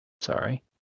Sorry